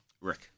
Rick